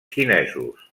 xinesos